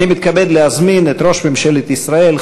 אני מתכבד להזמין את ראש ממשלת ישראל,